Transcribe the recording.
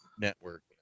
network